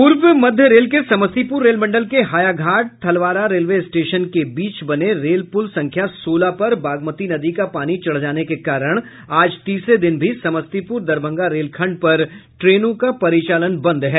पूर्व मध्य रेल के समस्तीपुर रेल मंडल के हायाघाट थलवारा रेलवे स्टेशन के बीच बने रेल पूर संख्या सोलह पर बागमती नदी का पानी चढ़ जाने के कारण आज तीसरे दिन भी समस्तीपुर दरभंगा रेल खंड पर ट्रेनों का परिचालन बंद है